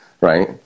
right